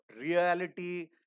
reality